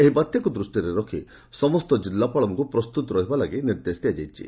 ଏହି ବାତ୍ୟାକୁ ଦୃଷ୍ଟିରେ ରଖି ସମସ୍ତ ଜିଲ୍ଲାପାଳମାନଙ୍କୁ ପ୍ରସ୍ତୁତ ରହିବାକୁ ନିର୍ଦ୍ଦେଶ ଦିଆଯାଇଛି